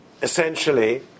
Essentially